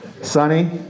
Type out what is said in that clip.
Sonny